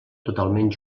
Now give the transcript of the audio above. totalment